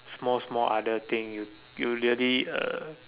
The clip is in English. small small other thing you you really uh